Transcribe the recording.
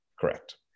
Correct